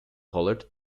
colored